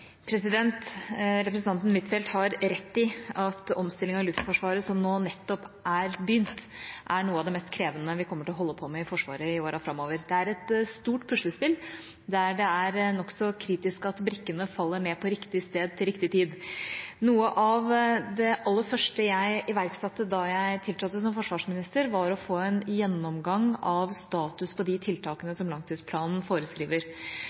Representanten Huitfeldt har rett i at omstillingen av Luftforsvaret som nå nettopp er begynt, er noe av det mest krevende vi kommer til å holde på med i Forsvaret i åra framover. Det er et stort puslespill, der det er nokså kritisk at brikkene faller ned på riktig sted til riktig tid. Noe av det aller første jeg iverksatte da jeg tiltrådte som forsvarsminister, var å få en gjennomgang av status på de tiltakene som langtidsplanen foreskriver.